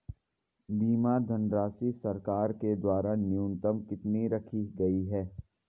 बीमा धनराशि सरकार के द्वारा न्यूनतम कितनी रखी गई है?